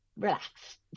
Relax